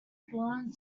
born